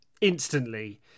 instantly